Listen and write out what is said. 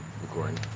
recording